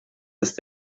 ist